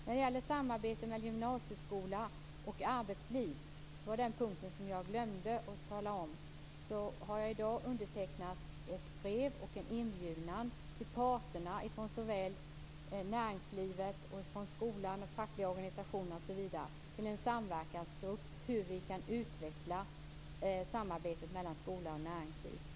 När det gäller samarbetet mellan gymnasieskola och arbetsliv, den punkt jag glömde att svara på, har jag i dag undertecknat ett brev med en inbjudan till berörda parter - näringslivet, skolan, de fackliga organisationerna osv. - till en samverkansgrupp om hur vi kan utveckla samarbetet mellan skola och näringsliv.